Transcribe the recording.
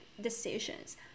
decisions